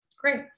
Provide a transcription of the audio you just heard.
Great